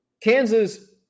Kansas